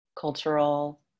cultural